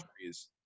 trees